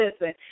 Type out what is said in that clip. listen